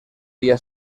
día